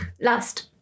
Last